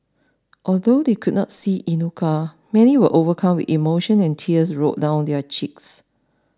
although they could not see Inuka many were overcome with emotion and tears rolled down their cheeks